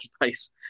advice